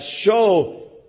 show